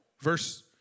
verse